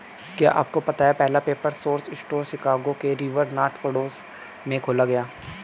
क्या आपको पता है पहला पेपर सोर्स स्टोर शिकागो के रिवर नॉर्थ पड़ोस में खोला गया?